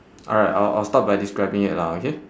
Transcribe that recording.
alright I'll I'll start by describing it lah okay